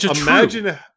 Imagine